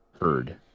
heard